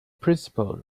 principal